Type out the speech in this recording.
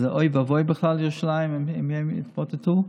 אז בירושלים בכלל אוי ואבוי אם הם יתמוטטו,